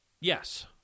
Yes